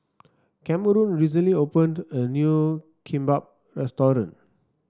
Cameron recently opened a new Kimbap Restaurant